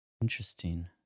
Interesting